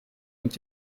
und